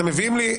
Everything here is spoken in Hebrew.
אתם מביאים לי,